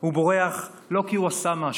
הוא בורח לא כי הוא עשה משהו,